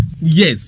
Yes